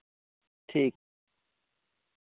ᱴᱷᱤᱠ